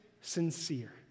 sincere